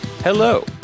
Hello